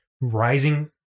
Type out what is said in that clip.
rising